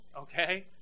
okay